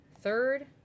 Third